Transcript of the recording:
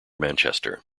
manchester